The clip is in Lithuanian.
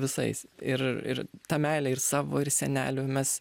visais ir ir tą meilę ir savo ir senelių mes